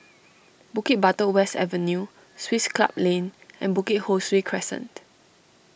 Bukit Batok West Avenue Swiss Club Lane and Bukit Ho Swee Crescent